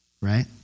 right